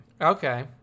Okay